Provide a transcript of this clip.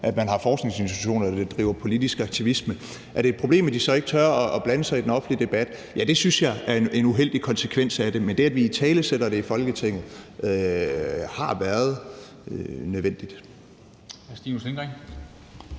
at man har forskningsinstitutioner, der driver politisk aktivisme. Er det et problem, at de så ikke tør at blande sig i den offentlige debat? Ja, det synes jeg er en uheldig konsekvens af det, men det, at vi italesætter det i Folketinget, har været nødvendigt.